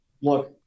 look